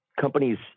companies